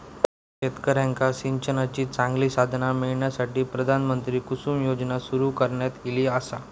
शेतकऱ्यांका सिंचनाची चांगली साधना मिळण्यासाठी, प्रधानमंत्री कुसुम योजना सुरू करण्यात ईली आसा